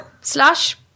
slash